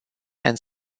and